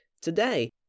today